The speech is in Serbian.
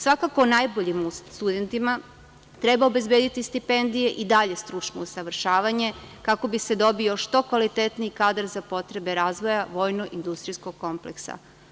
Svakako, najboljim studentima treba obezbediti stipendije i dalje stručno usavršavanje kako bi se dobio što kvalitetniji kadar za potrebe razvoja vojno-industrijskog kompleksa.